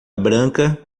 branca